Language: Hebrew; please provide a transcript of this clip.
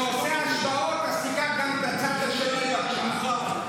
אתה עושה השוואות, אז תיקח גם את הצד השני, בבקשה.